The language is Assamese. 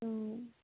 অঁ